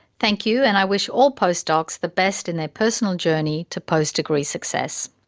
thank you and i wish all post docs the best in their personal journey to post-degree success.